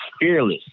fearless